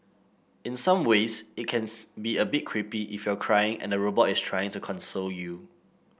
in some ways it can be a bit creepy if you're crying and the robot is trying to console you